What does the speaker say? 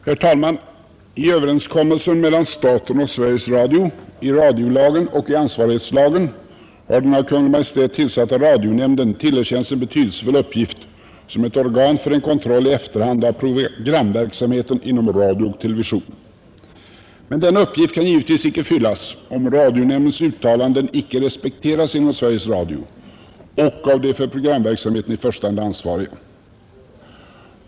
Herr talman! I överenskommelse mellan staten och Sveriges Radio, i radiolagen och i ansvarighetslagen, har den av Kungl. Maj:t tillsatta radionämnden tillerkänts en betydelsefull uppgift som ett organ för en kontroll i efterhand av programverksamheten inom radio och television. Men denna uppgift kan givetvis icke fyllas om radionämndens uttalanden icke respekteras inom Sveriges Radio och av de för programverksamheten i första hand ansvariga.